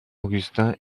augustin